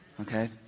Okay